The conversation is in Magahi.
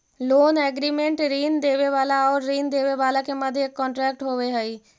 लोन एग्रीमेंट ऋण लेवे वाला आउर ऋण देवे वाला के मध्य एक कॉन्ट्रैक्ट होवे हई